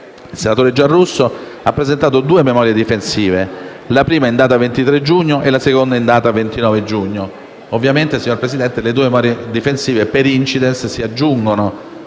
Il senatore Giarrusso ha presentato due memorie difensive, la prima in data 23 giugno, la seconda in data 29 giugno. Ovviamente, signor Presidente, queste due memorie difensive, *per incidens*, si aggiungono